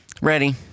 ready